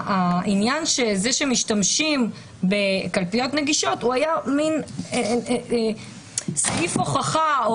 העניין שמשתמשים בקלפיות נגישות היה מין סעיף הוכחה או